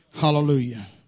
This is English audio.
Hallelujah